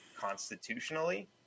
constitutionally